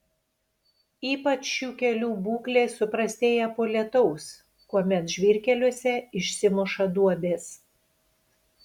ypač šių kelių būklė suprastėja po lietaus kuomet žvyrkeliuose išsimuša duobės